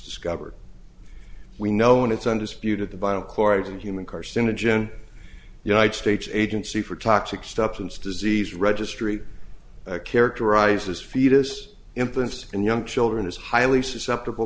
discovered we know when it's undisputed the bio corage and human carcinogen united states agency for toxic stuff since disease registry characterizes fetus infants and young children is highly susceptible